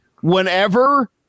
Whenever